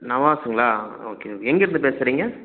நவாஸுங்களா okay எங்கேருந்து பேசுறீங்க